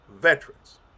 veterans